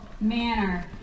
manner